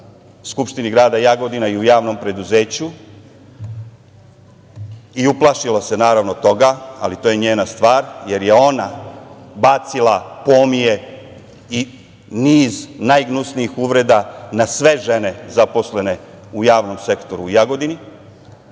Skupštini grada Jagodina i u javnom preduzeću. I uplašila se, naravno, toga, ali to je njena stvar, jer je ona bacila pomije i niz najgnusnijih uvreda na sve žene zaposlene u javnom sektoru u Jagodini,